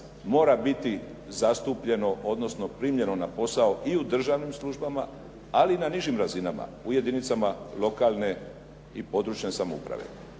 mora biti zastupljeno, odnosno primljeno na posao i u državnim službama ali i na nižim razinama u jedinicama lokalne i područne samouprave.